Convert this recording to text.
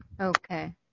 okay